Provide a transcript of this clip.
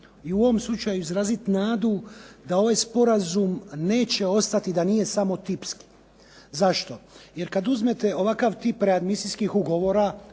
ću u ovom slučaju izraziti nadu da ovaj sporazum neće ostati i da nije samo tipski. Zašto? Jer kada uzmete ovakav tip readmisijskih ugovora